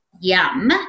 Yum